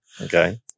Okay